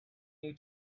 you